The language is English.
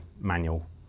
manual